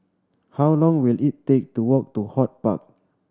how long will it take to walk to HortPark